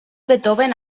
beethoven